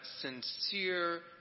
sincere